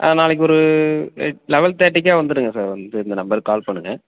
ஆ நாளைக்கு ஒரு eight eleven தேர்ட்டிக்கு வந்துடுங்க சார் வந்து இந்த நம்பருக்கு கால் பண்ணுங்கள்